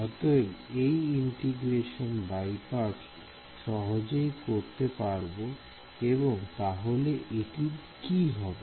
অতএব এটি integration by parts সহজেই করতে পারব এবং তাহলে এটির কি হবে